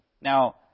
Now